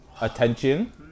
attention